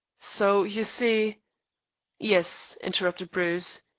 so you see yes, interrupted bruce,